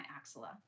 axilla